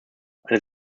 eine